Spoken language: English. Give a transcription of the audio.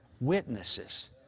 witnesses